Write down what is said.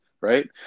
right